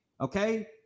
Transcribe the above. Okay